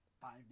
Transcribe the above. Five